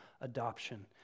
adoption